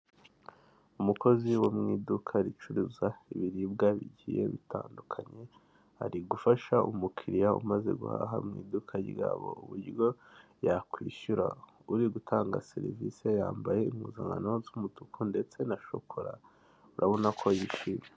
Umukozi wo mu iduka ricuruza ibiribwa bigiye bitandukanye, ari gufasha umukiriya umaze guhaha mu iduka ryabo, uburyo ayakwishyura, uri gutanga serivise yambaye impuzankazo z'umutuku ndetse na shokora, urabona ko zikwiye.